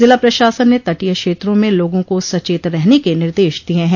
जिला प्रशासन ने तटीय क्षेत्रों में लोगों को सचेत रहने के निर्देश दिये हैं